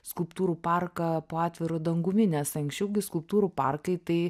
skulptūrų parką po atviru dangumi nes anksčiau gi skulptūrų parkai tai